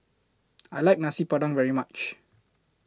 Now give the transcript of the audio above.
I like Nasi Padang very much